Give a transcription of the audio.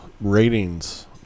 ratings